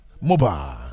mobile